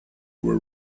were